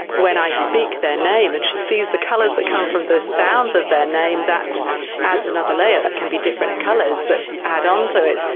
when i speak their name and she sees the colours that come from the sounds of their name, that adds another layer that can be different colours that add on to it.